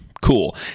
Cool